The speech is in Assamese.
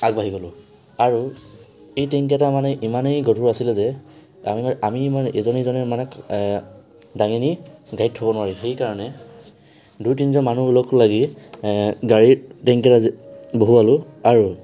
আগবাঢ়ি গ'লো আৰু এই টেংক কেইটা মানে ইমানে গধূৰ আছিলে যে আ আমি ইজনে সিজনক দাঙি নি গাড়ীত থ'ব নোৱাৰি সেই কাৰণে দুই তিনিজন মানুহ লগ লাগি গাড়ী টেংকিত আজি বহুৱালো আৰু